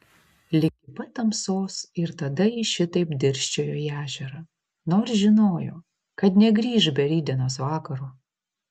ligi pat tamsos ir tada ji šitaip dirsčiojo į ežerą nors žinojo kad negrįš be rytdienos vakaro